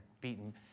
beaten